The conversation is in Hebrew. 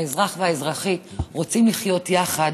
האזרח והאזרחית, רוצים לחיות יחד,